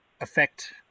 affect